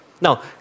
Now